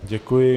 Děkuji.